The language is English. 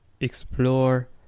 explore